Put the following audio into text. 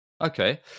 Okay